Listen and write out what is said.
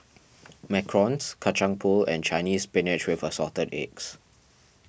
Macarons Kacang Pool and Chinese Spinach with Assorted Eggs